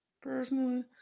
personally